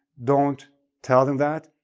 don't tell them that.